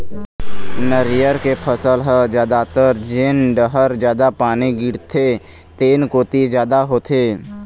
नरियर के फसल ह जादातर जेन डहर जादा पानी गिरथे तेन कोती जादा होथे